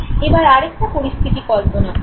এবার আরেকটা পরিস্থিতি কল্পনা করুন